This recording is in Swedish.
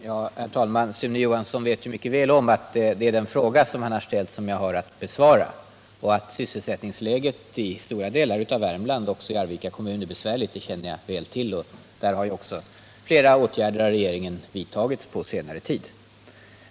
Herr talman! Sune Johansson vet mycket väl om att det är den fråga han har ställt som jag har att besvara. Att sysselsättningsläget i stora delar av Värmland och även i Arvika kommun är besvärligt känner jag väl till, och där har regeringen också vidtagit flera åtgärder på senare tid.